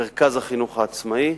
מרכז החינוך העצמאי